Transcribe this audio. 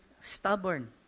stubborn